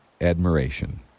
admiration